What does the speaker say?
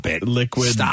liquid